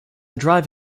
drive